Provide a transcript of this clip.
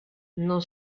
non